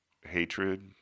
hatred